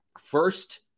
first